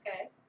Okay